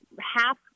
half